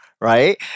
right